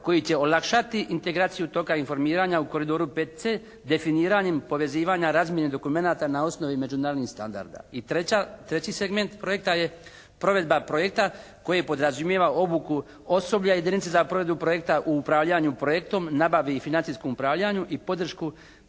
koji će olakšati toka informiranja u koridoru 5C definiranjem povezivanja razmjene dokumenata na osnovi međunarodnih standarda. I treća, treći segment projekta je provedba projekta koji podrazumijeva obuku osoblja … /Govornik se ne razumije./ … projekta upravljanju projektom, nabavi i financijskom upravljanju i podršku pri